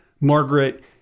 Margaret